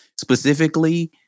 specifically